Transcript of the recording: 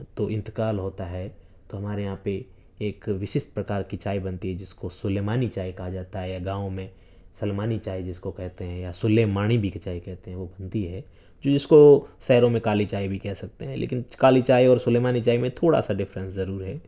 تو انتقال ہوتا ہے تو ہمارے یہاں پہ ایک وسسٹ پرکار کی چائے بنتی ہے جس کو سلیمانی چائے کہا جاتا ہے یا گاؤں میں سلمانی چائے جس کو کہتے ہیں یا سلیمانڑی بھی چائے کہتے ہیں وہ بنتی ہے جس کو شہروں میں کالی چائے بھی کہہ سکتے ہیں لیکن کالی چائے اور سلیمانی چائے میں تھوڑا سا ڈفرینس ضرور ہے